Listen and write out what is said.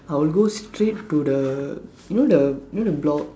I would go straight to the you know the you know the block